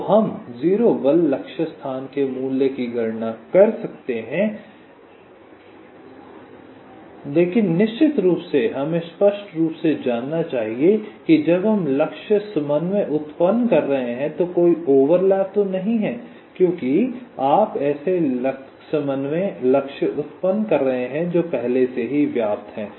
तो हम 0 बल लक्ष्य स्थान के मूल्य की गणना कर सकते हैं लेकिन निश्चित रूप से हमें स्पष्ट रूप से जांचना चाहिए कि जब हम लक्ष्य समन्वय उत्पन्न कर रहे हैं तो कोई ओवरलैप नहीं है क्योंकि आप ऐसे लक्ष्य समन्वय उत्पन्न कर रहे हैं जो पहले से ही व्याप्त है